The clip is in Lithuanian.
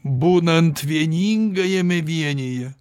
būnant vieningajame vienyje